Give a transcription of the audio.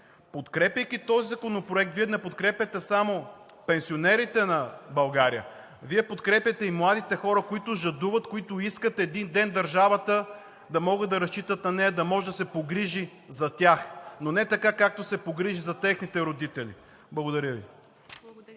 Подкрепяйки този законопроект, Вие не подкрепяте само пенсионерите на България, Вие подкрепяте и младите хора, които жадуват, които искат един ден да могат да разчитат на държавата, тя да може да се погрижи за тях, но не така, както се погрижи за техните родители. Благодаря Ви.